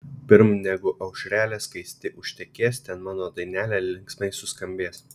pirm negu aušrelė skaisti užtekės ten mano dainelė linksmai suskambės